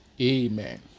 Amen